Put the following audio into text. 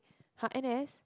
!huh! N_S